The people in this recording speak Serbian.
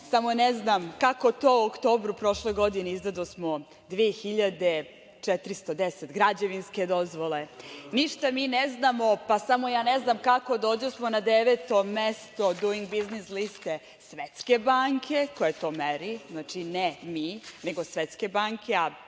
samo ne znam kako to u oktobru prošle godine izdadosmo 2.410 građevinskih dozvola. Ništa mi ne znamo, pa samo ja ne znam kako dođosmo na deveto mestu Duing biznis liste Svetske banke koja to meri, znači ne mi, nego Svetske banke,